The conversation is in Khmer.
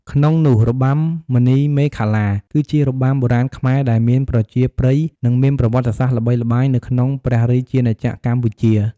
ក្នងនោះរបាំមុនីមាឃលា គឺជារបាំបុរាណខ្មែរដែលមានប្រជាប្រិយ និងមានប្រវត្តិសាស្ត្រល្បីល្បាញនៅក្នុងព្រះរាជាណាចក្រកម្ពុជា។